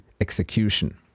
execution